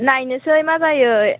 नायनोसै मा जायो